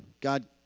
God